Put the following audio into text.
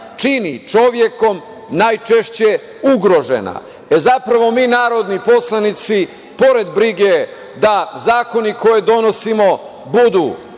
čini čovekom najčešće ugrožena. Zapravo mi narodni poslanici, pored brige da zakone koje donosimo budu